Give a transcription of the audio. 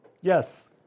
Yes